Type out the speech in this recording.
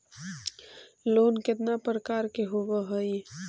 Loan केतना प्रकार के होव हइ?